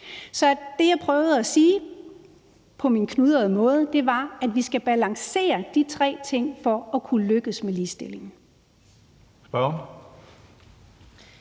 Så det, jeg prøvede at sige, på min knudrede måde, var, at vi skal balancere de tre ting for at kunne lykkes med ligestillingen.